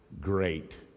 great